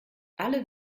alle